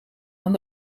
aan